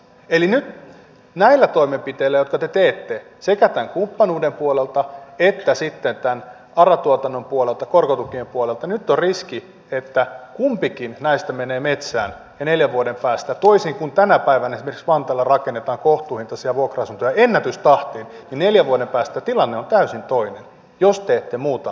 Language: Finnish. eli nyt näillä toimenpiteillä jotka te teette sekä tämän kumppanuuden puolelta että sitten tämän ara tuotannon puolelta korkotukien puolelta on riski että kumpikin näistä menee metsään ja neljän vuoden päästä toisin kuin tänä päivänä esimerkiksi vantaalla missä rakennetaan kohtuuhintaisia vuokra asuntoja ennätystahtiin tilanne on täysin toinen jos te ette muuta näitä linjauksia